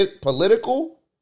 political